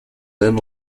then